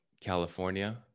California